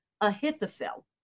Ahithophel